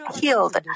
healed